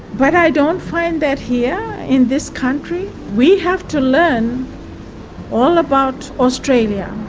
but i don't find that here in this country. we have to learn all about australia,